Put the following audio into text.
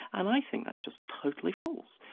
and i think that's just totally false.